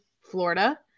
Florida